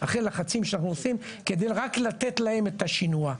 אחרי לחצים שאנחנו עושים כדי רק לתת להם את השינוע.